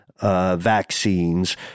vaccines